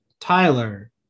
Tyler